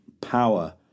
power